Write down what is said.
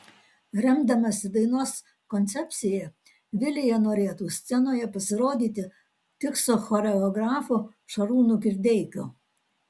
remdamasi dainos koncepcija vilija norėtų scenoje pasirodyti tik su choreografu šarūnu kirdeikiu